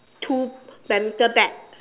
two badminton bat